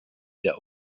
der